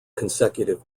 consecutive